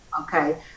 Okay